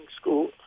School